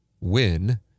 win